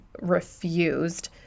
refused